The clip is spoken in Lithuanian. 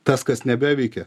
tas kas nebeveikia